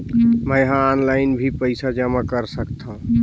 मैं ह ऑनलाइन भी पइसा जमा कर सकथौं?